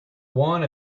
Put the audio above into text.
one